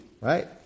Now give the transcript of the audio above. Right